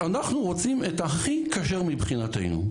אנחנו רוצים את הכי כשר מבחינתנו,